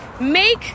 Make